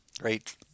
great